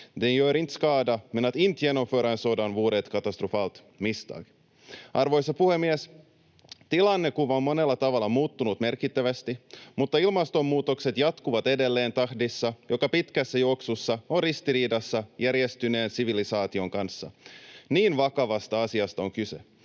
Den gör inte skada, men att inte genomföra en sådan vore ett katastrofalt misstag. Arvoisa puhemies! Tilannekuva on monella tavalla muuttunut merkittävästi, mutta ilmaston muutokset jatkuvat edelleen tahdissa, joka pitkässä juoksussa on ristiriidassa järjestyneen sivilisaation kanssa — niin vakavasta asiasta on kyse.